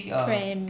pram